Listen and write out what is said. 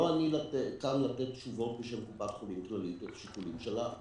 אני לא כאן לתת תשובות בשביל קופת חולים כללית והשיקולים שלה.